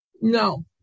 No